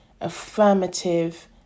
affirmative